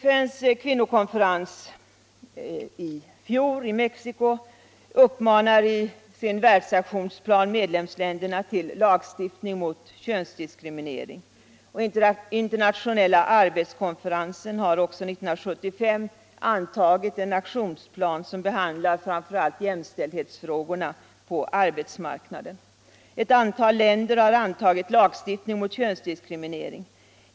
FN:s kvinnokonferens i fjol i Mexico uppmanar i världsaktionsplanen medlemsländerna till lagstiftning mot könsdiskriminering, och Internationella arbetskonferensen har också 1975 antagit en aktionsplan som behandlar framför allt jämställdhetsfrågorna på arbetsmarknaden. Ett antal länder har infört lagstiftning mot könsdiskriminering.